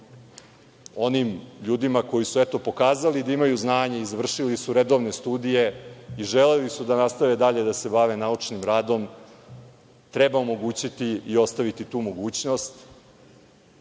onim ljudima koji su pokazali da imaju znanje i završili su redovne studije i želeli su da nastave dalje da se bave naučnim radom, treba omogućiti i ostaviti tu mogućnost